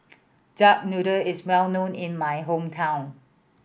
duck noodle is well known in my hometown